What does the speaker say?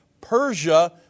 Persia